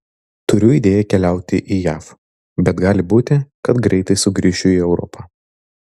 turiu idėją keliauti į jav bet gali būti kad greitai sugrįšiu į europą